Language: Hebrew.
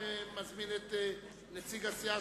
אני מזמין את נציג הסיעה,